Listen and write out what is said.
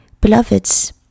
beloveds